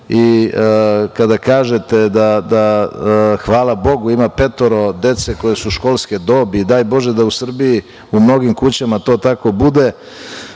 Kada kažete da, hvala bogu, ima petoro dece koje su školske dobi i daj Bože da u Srbiji u mnogim kućama to tako bude,